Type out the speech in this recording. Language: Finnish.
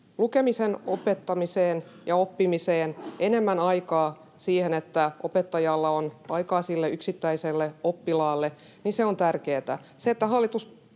lukemisen opettamiseen ja oppimiseen, enemmän aikaa siihen, että opettajalla on aikaa sille yksittäiselle oppilaalle, on tärkeätä.